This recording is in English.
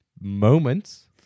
moments